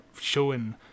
showing